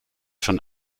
schon